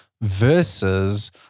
versus